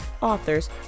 authors